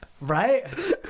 Right